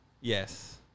Yes